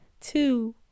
two